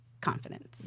confidence